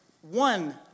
one